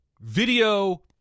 video